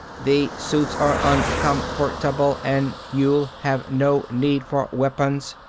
the suits are uncomfortable and you'll have no need for weapons.